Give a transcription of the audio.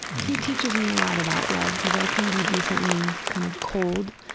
he teaches me a lot about love because i can be decently kind of cold,